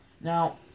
now